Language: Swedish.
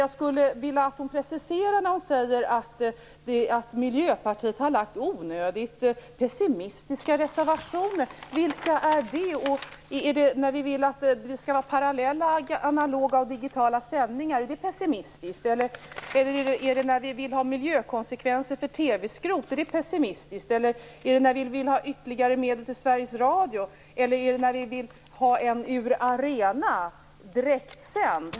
Jag skulle dock vilja att hon preciserade sig när hon säger att Miljöpartiet har avgivit onödigt pessimistiska reservationer. Vilka är det fråga om? Är det pessimistiskt att vi vill att det skall vara parallella analoga och digitala sändningar? Eller är det pessimistiskt när vi vill ha en beredning av miljökonsekvenser av TV-skrot? Är det när vi vill ha ytterligare medel till Sveriges Radio eller när vi vill ha direktsändningar från olika arenor?